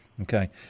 Okay